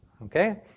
okay